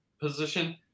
position